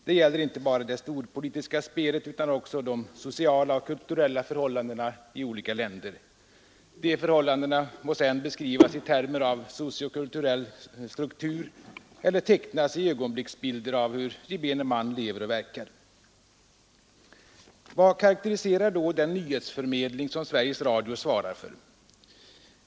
Det gäller inte bara det storpolitiska spelet utan också de sociala och kulturella förhållandena i olika länder. De förhållandena må sedan beskrivas i termer av sociokulturell struktur eller tecknas i ögonblicksbilder av hur gemene man lever och verkar. Vad karakteriserar då den nyhetsförmedling som Sveriges Radio svarar för?